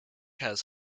has